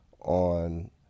on